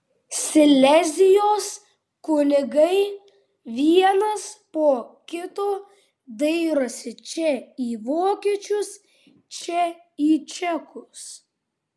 silezijos kunigai vienas po kito dairosi čia į vokiečius čia į čekus